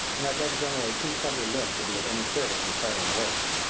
and are then generally too slender-limbed to be of any service in carrying weights.